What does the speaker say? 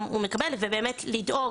וארה"ב מאוד מאוד נעלבה מזה,